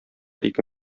ике